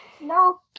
No